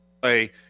play